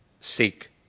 seek